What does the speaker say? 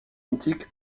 antique